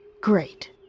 Great